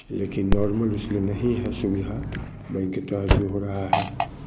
लेकिन नॉर्मल उसमें नहीं है सुविधा बैंक के तहत जो हो रहा है